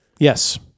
Yes